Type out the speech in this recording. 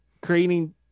creating